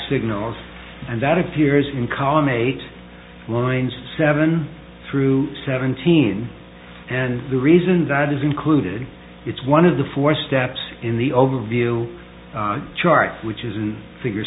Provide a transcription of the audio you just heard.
signals and that appears in column eight lines seven through seventeen and the reason that is included it's one of the four steps in the overview chart which is in figure